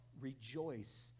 rejoice